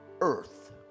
earth